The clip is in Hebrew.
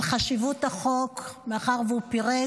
על חשיבות החוק, מאחר שהוא פירט.